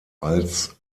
als